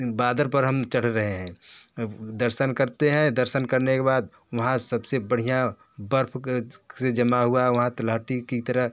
बादल पर हम चढ़ रहे हैं दर्शन करते हैं दर्सन करने के बाद वहाँ सब से बढ़िया बर्फ़ से जमा हुआ वहाँ तिलहटी की तरह